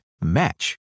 match